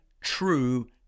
true